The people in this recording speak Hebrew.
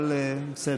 אבל בסדר.